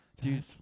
Dude